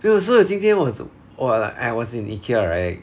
因为所以今天 was 我 lik~ I was in Ikea right